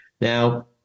Now